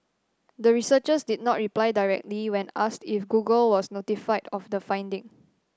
the researchers did not reply directly when asked if Google was notified of the finding